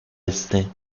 este